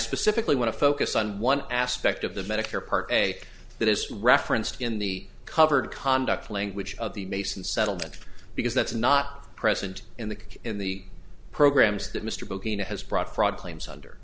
specifically want to focus on one aspect of the medicare part a that is referenced in the covered conduct language of the mason settlement because that's not present in the in the programs that mr booking has brought fraud claims under